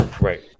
Right